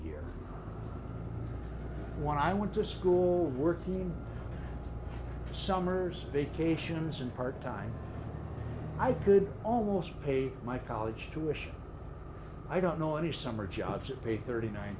year when i went to school working summers vacations and part time i could almost pay my college tuition i don't know any summer jobs that pay thirty nine